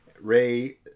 Ray